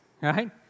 right